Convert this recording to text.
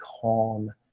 calm